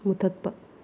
ꯃꯨꯊꯠꯄ